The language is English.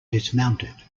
dismounted